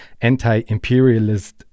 anti-imperialist